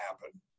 happen